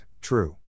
true